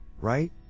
right